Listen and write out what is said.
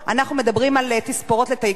אנחנו מדברים על תספורות לטייקונים?